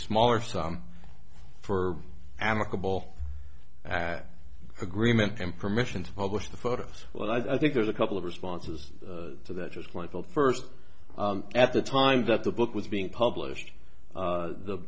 smaller sum for amicable agreement and permission to publish the photos but i think there's a couple of responses to that just like the first at the time that the book was being published the the